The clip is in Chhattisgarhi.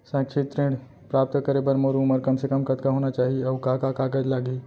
शैक्षिक ऋण प्राप्त करे बर मोर उमर कम से कम कतका होना चाहि, अऊ का का कागज लागही?